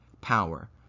power